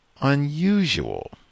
unusual